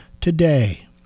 today